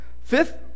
fifth